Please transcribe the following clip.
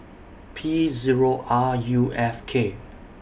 P Zero R U F K